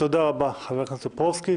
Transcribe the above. תודה רבה, חבר הכנסת טופורובסקי.